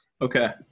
Okay